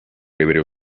hebreo